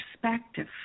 perspective